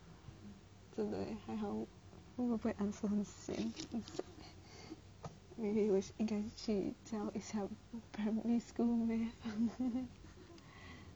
真的还好如果不会 answer 很 sad maybe 我应该去教一下 primary school math